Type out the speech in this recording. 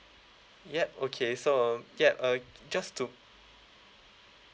yup okay so um yup uh just to